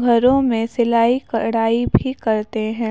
گھروں میں سلائی کڑھائی بھی کرتے ہیں